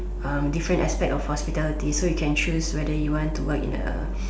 um different aspect of hospitality so you can choose whether you want to work in a